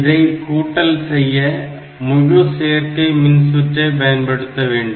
இதை கூட்டல் செய்ய முழு சேர்க்கை மின்சுற்றை பயன்படுத்த வேண்டும்